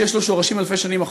שיש לו שורשים אלפי שנים אחורה.